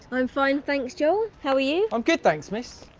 i'm fine, thanks, joel. how are you? i'm good, thanks, miss.